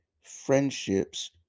friendships